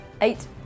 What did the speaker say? Eight